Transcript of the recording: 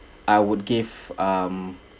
I would give um